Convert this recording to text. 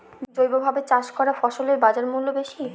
জৈবভাবে চাষ করা ফসলের বাজারমূল্য বেশি